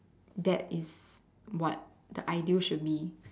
that is what the ideal should be